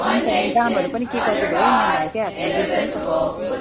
हुन्छ म दामहरू पनि के कति भयो यहाँ भाइकै हातमा बिल पनि पठाइदिन्छु नि त